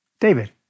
David